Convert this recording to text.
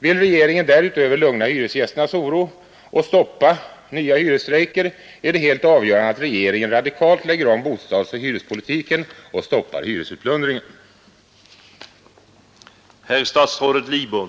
Vill regeringen därutöver dämpa hyresgästernas oro och stoppa nya hyresstrejker är det helt avgörande att regeringen radikalt lägger om bostadsoch hyrespolitiken och stoppar hyresutplundringen.